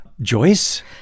Joyce